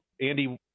Andy